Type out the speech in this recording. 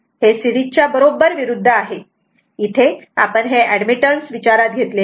हे सीरिजच्या बरोबर विरुद्ध आहे इथे आपण हे ऍडमिटन्स विचारात घेतलेले आहे